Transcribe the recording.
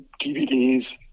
DVDs